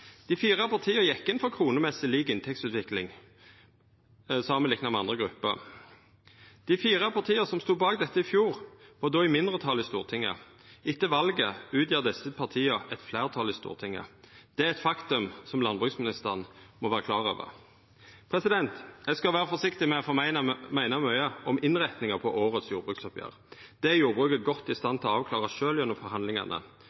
Dei fire partia gjekk inn for kronemessig lik inntektsutvikling, samanlikna med andre grupper. Dei fire partia som stod bak dette i fjor vår, var då i mindretal i Stortinget. Etter valet utgjer desse partia eit fleirtal i Stortinget. Det er eit faktum som landbruksministeren må vera klar over. Eg skal vera forsiktig med å meina mykje om innretninga på årets jordbruksoppgjer. Det er jordbruket godt i